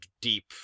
deep